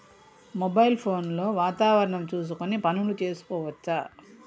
Mobile phone లో వాతావరణం చూసుకొని పనులు చేసుకోవచ్చా?